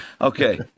okay